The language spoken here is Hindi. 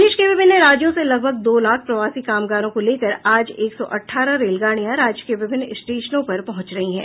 देश के विभिन्न राज्यों से लगभग दो लाख प्रवासी कामगारों को लेकर आज एक सौ अठारह रेलगाड़ियां राज्य के विभिन्न स्टेशनों पर पहुंच रही है